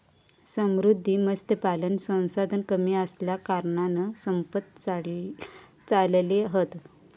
समुद्री मत्स्यपालन संसाधन कमी असल्याकारणान संपत चालले हत